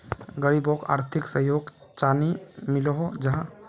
गरीबोक आर्थिक सहयोग चानी मिलोहो जाहा?